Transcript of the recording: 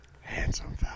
handsome